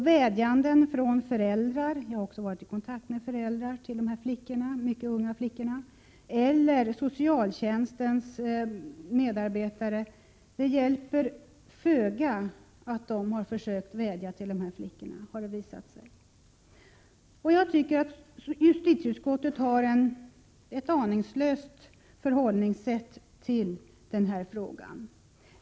Vädjanden från föräldrar till dessa mycket unga flickor — föräldrar som jag har varit i kontakt med -— eller socialtjänstens medarbetare hjälper föga, har det visat sig. Jag tycker att justitieutskottet har ett aningslöst förhållningssätt till denna fråga.